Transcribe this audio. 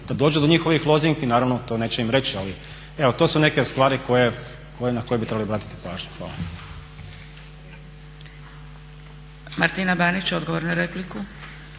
da dođu do njihovih lozinki, naravno to neće im reći. Evo to su neke od stvari na koje bi trebali obratiti pažnju. Hvala. **Zgrebec, Dragica (SDP)** Martina Banić, odgovor na repliku.